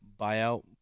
buyout